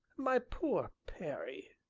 my poor perry!